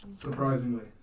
Surprisingly